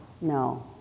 No